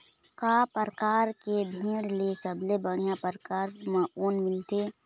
का परकार के भेड़ ले सबले बढ़िया परकार म ऊन मिलथे?